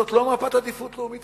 זאת לא מפת עדיפות לאומית,